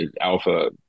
alpha